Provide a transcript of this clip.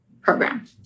program